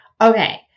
Okay